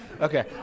Okay